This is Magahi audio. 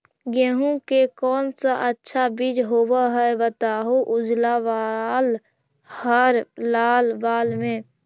गेहूं के कौन सा अच्छा बीज होव है बताहू, उजला बाल हरलाल बाल में?